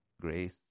grace